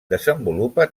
desenvolupa